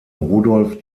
rudolf